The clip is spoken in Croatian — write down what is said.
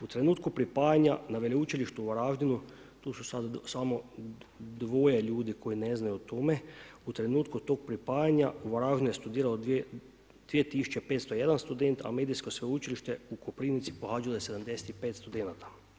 U trenutku pripajanja na veleučilištu u Varaždinu tu su samo dvoje ljudi koji ne znaju o tome, u trenutku tog pripajanja u Varaždinu je studiralo 2501 student, a medijsko sveučilište u Koprivnici pohađalo je 75 studenata.